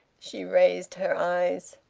she raised her eyes.